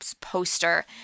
poster